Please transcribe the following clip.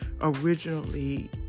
originally